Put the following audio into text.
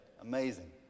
Amazing